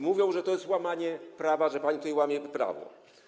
Mówią, że to jest łamanie prawa, że pani tutaj łamie prawo.